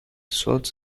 sold